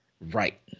Right